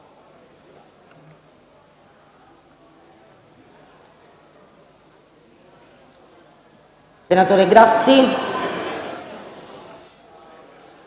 senatori Grassi